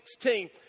16